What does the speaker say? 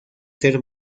ser